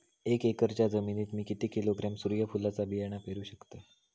एक एकरच्या जमिनीत मी किती किलोग्रॅम सूर्यफुलचा बियाणा पेरु शकतय?